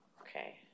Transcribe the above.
Okay